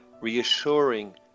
reassuring